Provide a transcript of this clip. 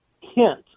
hint